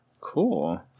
Cool